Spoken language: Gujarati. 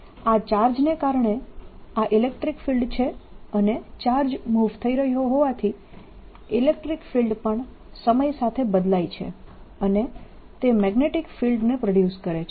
આ ચાર્જને કારણે આ ઇલેક્ટ્રીક ફિલ્ડ છે અને ચાર્જ મૂવ થઇ રહ્યો હોવાથી ઇલેક્ટ્રીક ફિલ્ડ પણ સમય સાથે બદલાય છે અને તે મેગ્નેટીક ફિલ્ડને પ્રોડ્યુસ કરે છે